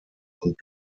und